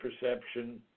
perception